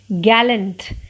gallant